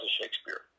Shakespeare